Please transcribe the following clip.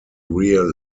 rear